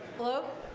hello.